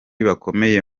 bakomeye